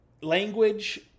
language